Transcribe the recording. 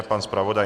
Pan zpravodaj?